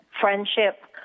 friendship